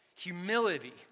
Humility